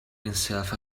himself